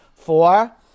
Four